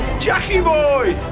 jackie boy.